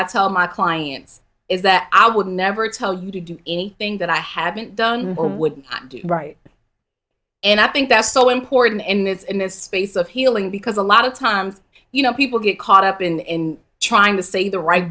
i tell my clients is that i would never tell you to do anything that i haven't done right and i think that's so important in this in this space of healing because a lot of times you know people get caught up in trying to say the right